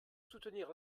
soutenir